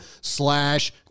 slash